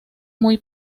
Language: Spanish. muy